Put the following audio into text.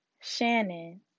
Shannon